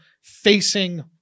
facing